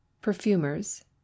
perfumers